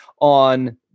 on